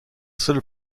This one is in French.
seul